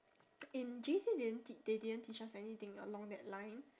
in J_C didn't teach they didn't teach us anything along that line